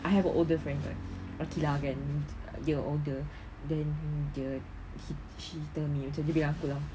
I have a older friend right aqilah kan a year older then dia she tell me macam tegur aku lah